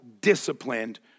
disciplined